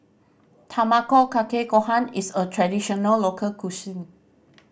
Tamago Kake Gohan is a traditional local